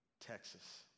Texas